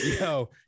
Yo